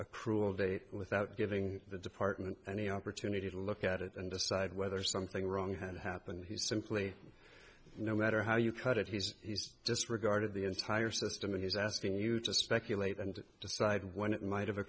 a cruel date without giving the department any opportunity to look at it and decide whether something wrong had happened he simply no matter how you cut it he's he's disregarded the entire system and he's asking you to speculate and decide when it might have a